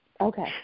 Okay